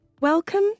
Welcome